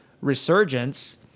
resurgence